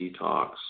detox